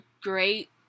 great